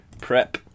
prep